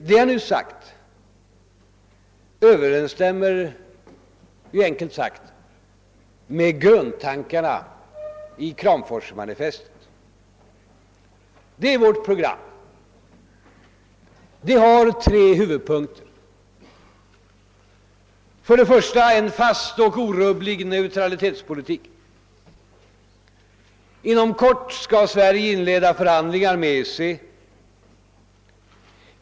Det jag nu sagt överensstämmer med grundtankarna i Kramforsmanifestet. Det är vårt program. Det har tre huvudpunkter. Den första är en fast och orubblig neutralitetspolitik. Inom kort skall Sverige inleda förhandlingar med EEC.